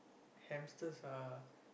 hamsters are